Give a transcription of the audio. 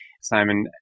Simon